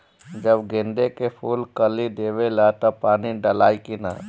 जब गेंदे के फुल कली देवेला तब पानी डालाई कि न?